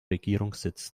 regierungssitz